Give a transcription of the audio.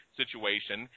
situation